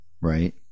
Right